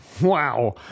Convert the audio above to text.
Wow